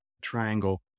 triangle